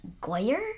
Goyer